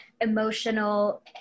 emotional